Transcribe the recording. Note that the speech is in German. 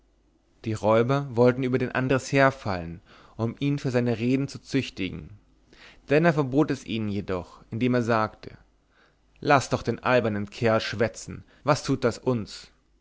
die räuber wollten über den andres herfallen um ihn für seine reden zu züchtigen denner verbot es ihnen jedoch indem er sagte laßt doch den albernen kerl schwatzen was tut das uns